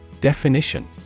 Definition